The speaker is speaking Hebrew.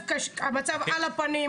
בפרקליטות אצלנו המצב על הפנים